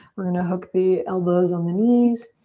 we're gonna hook the elbows on the knees.